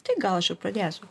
tai gal aš ir pradėsiu